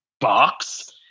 box